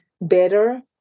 better